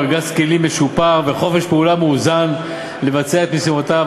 ארגז כלים משופר וחופש פעולה מאוזן לבצע את משימותיו.